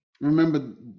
remember